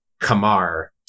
Kamar